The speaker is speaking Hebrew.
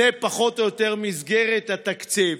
זאת פחות או יותר מסגרת התקציב.